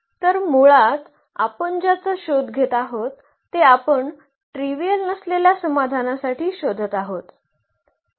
तर मुळात आपण ज्याचा शोध घेत आहोत ते आपण ट्रीवियल नसलेल्या समाधानासाठी शोधत आहोत